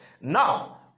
now